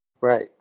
Right